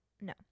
No